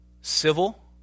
Civil